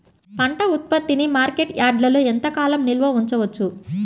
పంట ఉత్పత్తిని మార్కెట్ యార్డ్లలో ఎంతకాలం నిల్వ ఉంచవచ్చు?